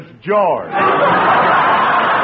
George